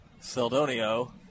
Seldonio